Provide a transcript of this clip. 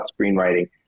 screenwriting